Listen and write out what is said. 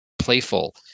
playful